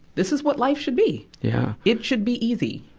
this is what life should be. yeah it should be easy,